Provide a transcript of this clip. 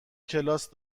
کلاس